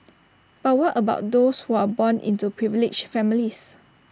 but what about those who are born into privileged families